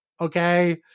okay